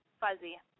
fuzzy